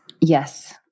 Yes